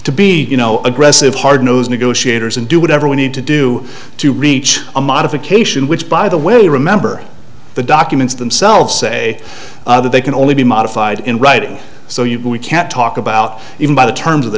to be you know aggressive hard nosed negotiators and do whatever we need to do to reach a modification which by the way remember the documents themselves say that they can only be modified in writing so you know we can't talk about even by the terms of the